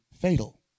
fatal